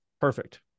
Perfect